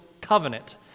covenant